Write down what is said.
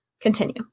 continue